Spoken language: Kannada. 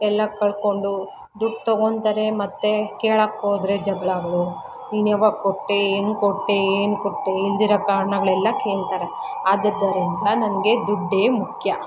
ಎಲ್ಲ ಕಳ್ಕೊಂಡು ದುಡ್ಡು ತಗೋತಾರೆ ಮತ್ತು ಕೆಳಕ್ಕೆ ಹೋದರೆ ಜಗಳಗಳು ನೀನು ಯಾವಾಗ ಕೊಟ್ಟೆ ಹೆಂಗೆ ಕೊಟ್ಟೆ ಏನು ಕೊಟ್ಟೆ ಇಲ್ಲದಿರೋ ಕಾರಣಗಳೆಲ್ಲ ಕೇಳ್ತಾರೆ ಆದುದರಿಂದ ನನಗೆ ದುಡ್ಡೇ ಮುಖ್ಯ